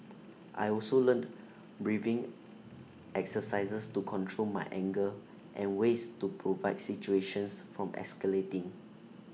I also learnt breathing exercises to control my anger and ways to provide situations from escalating